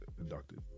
inducted